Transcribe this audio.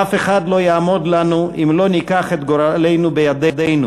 אף אחד לא יעמוד לנו אם לא ניקח את גורלנו בידינו,